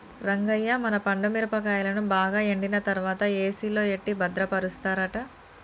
రంగయ్య మన పండు మిరపకాయలను బాగా ఎండిన తర్వాత ఏసిలో ఎట్టి భద్రపరుస్తారట